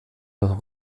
leur